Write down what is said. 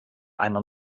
einer